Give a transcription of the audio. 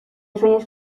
sueñes